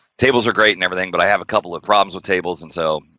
tables are great and everything but i have a couple of problems with tables and so,